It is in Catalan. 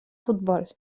futbol